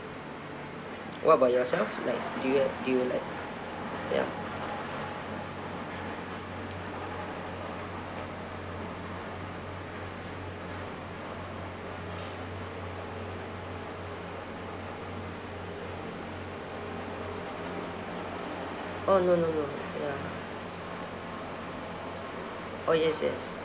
what about yourself like do you li~ do you like ya oh no no no ya oh yes yes